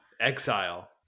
Exile